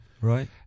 Right